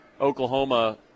Oklahoma –